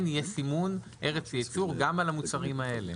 יהיה סימון ארץ ייצור גם על המוצרים האלה.